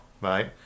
right